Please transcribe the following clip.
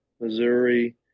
Missouri